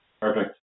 Perfect